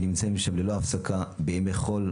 ונמצאים שם ללא הפסקה בימי חול,